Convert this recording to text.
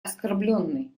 оскорблённой